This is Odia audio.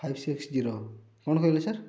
ଫାଇପ୍ ସିକ୍ସ ଜିରୋ କ'ଣ କହିଲେ ସାର୍